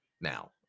now